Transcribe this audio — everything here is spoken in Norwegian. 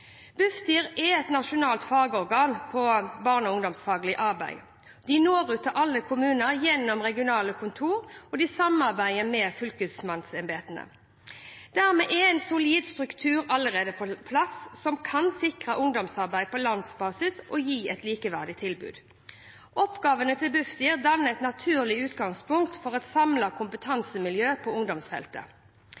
Bufdir er et nasjonalt fagorgan på barne- og ungdomsfaglig arbeid. De når ut til alle kommuner gjennom regionale kontorer, og de samarbeider med fylkesmannsembetene. Dermed er en solid struktur allerede på plass, som kan sikre ungdomsarbeidet på landsbasis og gi et likeverdig tilbud. Oppgavene til Bufdir danner et naturlig utgangspunkt for et